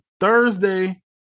Thursday